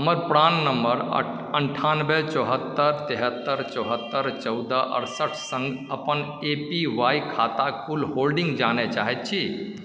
हमर प्राण नम्बर अण्ठानबे चौहत्तरि तिहत्तरि चौहत्तरि चौदह अठसठि सङ्ग अपन ए पी वाई खाताक कुल होल्डिंग जानय चाहैत छी